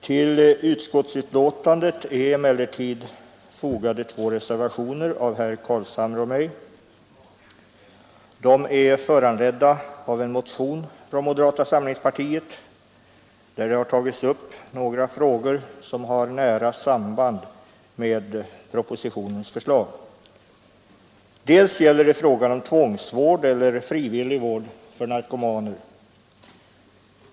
Fill utskottsbetänkandet är emellertid fogade två reservationer av herr Carlshamre och mig. De är föranledda av en motion från moderata samlingspartiet, där det har tagits upp några frågor som har nära samband med propositionens förslag. Bl. a. har frågan om tvångsvård eller frivillig vård för narkomaner tagits upp.